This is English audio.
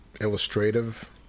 illustrative